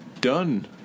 done